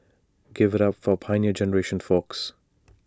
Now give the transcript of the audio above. give IT up for the Pioneer Generation folks